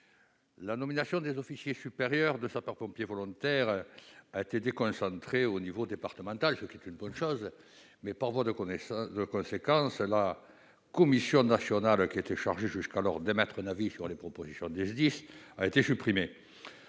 La nomination des officiers supérieurs de sapeurs-pompiers volontaires a été déconcentrée au niveau départemental, ce qui est une bonne chose. Par voie de conséquence, la Commission nationale, qui était chargée jusqu'alors d'émettre un avis sur les propositions des SDIS, a été supprimée.